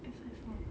eight five four